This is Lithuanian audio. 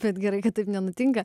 bet gerai kad taip nenutinka